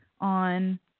on